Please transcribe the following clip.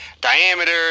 diameter